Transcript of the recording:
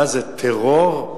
מה זה, טרור?